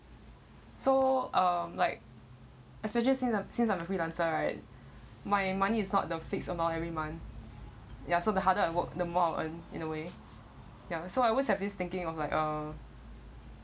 so uh like especially sin~ uh since I'm a freelancer right my money is not the fixed amount every month ya so the harder I work the more I earn in a way ya so I always have this thinking of like uh